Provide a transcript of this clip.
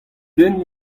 den